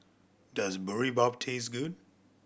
does Boribap taste good